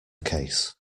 case